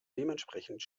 dementsprechend